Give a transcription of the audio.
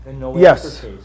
Yes